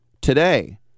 Today